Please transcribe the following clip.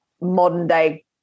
modern-day